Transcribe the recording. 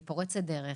והיא פורצת דרך,